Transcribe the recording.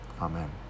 amen